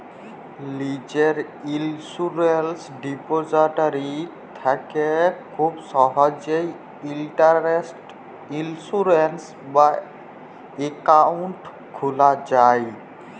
লীজের insurance depository থ্যাকে খুব সহজেই ইলটারলেটে ইলসুরেলস বা একাউল্ট খুলা যায়